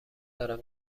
دارم